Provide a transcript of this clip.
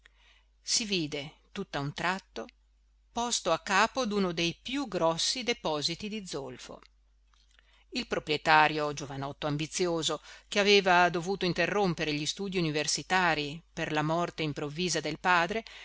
si vide tutt'a un tratto posto a capo d'uno dei più grossi depositi di zolfo il proprietario giovanotto ambizioso che aveva dovuto interrompere gli studi universitarii per la morte improvvisa del padre